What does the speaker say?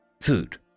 food